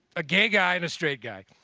a gay guy and a straight guy.